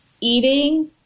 eating